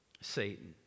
Satan